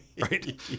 right